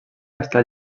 està